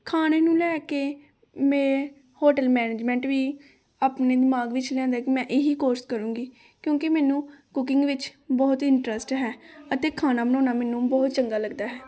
ਖਾਣੇ ਨੂੰ ਲੈ ਕੇ ਮੈਂ ਹੋਟਲ ਮਨੈਜਮੈਂਟ ਵੀ ਆਪਣੇ ਦਿਮਾਗ ਵਿੱਚ ਲਿਆਂਦਾ ਕਿ ਮੈਂ ਇਹ ਹੀ ਕੋਰਸ ਕਰੂੰਗੀ ਕਿਉਂਕਿ ਮੈਨੂੰ ਕੁਕਿੰਗ ਵਿੱਚ ਬਹੁਤ ਹੀ ਇੰਟਰਸਟ ਹੈ ਅਤੇ ਖਾਣਾ ਬਣਾਉਣਾ ਮੈਨੂੰ ਬਹੁਤ ਚੰਗਾ ਲਗਦਾ ਹੈ